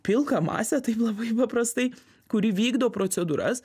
pilką masę taip labai paprastai kuri vykdo procedūras